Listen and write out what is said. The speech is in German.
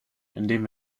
indem